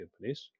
companies